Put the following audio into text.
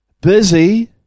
busy